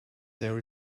there